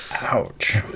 Ouch